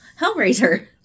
Hellraiser